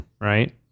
Right